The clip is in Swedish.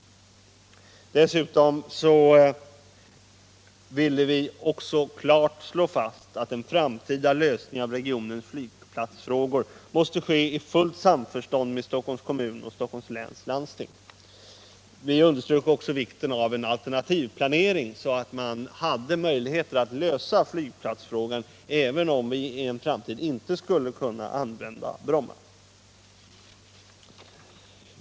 Stockholmsregio Dessutom ville vi klart slå fast att en framtida lösning av regionens nen flygplatsfrågor måste ske i fullt samförstånd med Stockholms kommun och Stockholms läns landsting. Vi underströk slutligen vikten av en alternativ planering, så att man hade möjligheter att lösa flygplatsfrågan även om vi i en framtid inte skulle kunna använda Bromma.